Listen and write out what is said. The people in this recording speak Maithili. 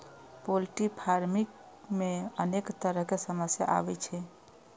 पोल्ट्री फार्मिंग मे अनेक तरहक समस्या आबै छै